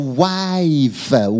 wife